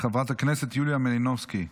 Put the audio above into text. חברת הכנסת יוליה מלינובסקי,